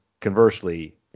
conversely